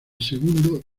segundo